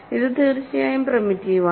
ഇത് തീർച്ചയായും പ്രിമിറ്റീവ് ആണ്